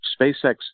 SpaceX